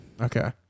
Okay